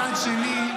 -- ומצד שני,